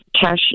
cash